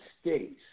States